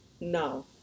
no